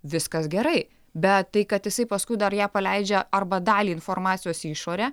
viskas gerai bet tai kad jisai paskui dar ją paleidžia arba dalį informacijos į išorę